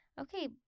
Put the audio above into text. okay